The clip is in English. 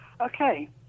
Okay